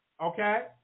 okay